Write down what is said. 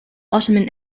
ottoman